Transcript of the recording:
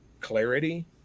clarity